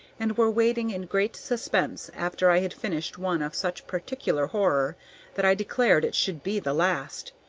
and were waiting in great suspense after i had finished one of such particular horror that i declared it should be the last,